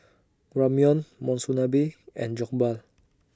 Ramyeon Monsunabe and Jokbal